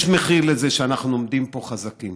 יש מחיר לזה שאנחנו עומדים פה חזקים,